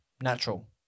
Natural